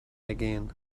again